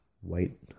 white